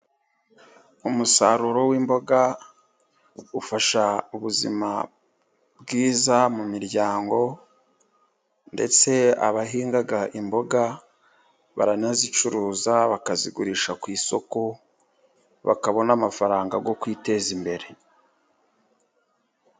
Umusaruro w'imboga ufasha ubuzima bwiza mu miryango, ndetse abahinga imboga baranazicuruza bakazigurisha ku isoko bakabona amafaranga yo kwiteza imbere.